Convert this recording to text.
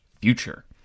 future